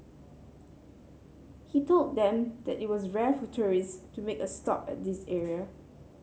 he told them that it was rare for tourist to make a stop at this area